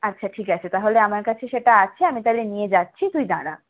আচ্ছা ঠিক আছে তাহলে আমার কাছে সেটা আছে আমি তাহলে নিয়ে যাচ্ছি তুই দাঁড়া